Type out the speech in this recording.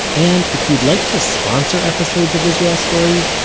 and, if you'd like to sponsor episodes of israel story,